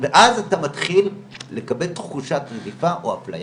ואז אתה מתחיל לקבל תחושת רדיפה או אפליה.